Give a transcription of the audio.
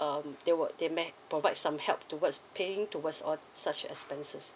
um they would they may provide some help towards paying towards all such expenses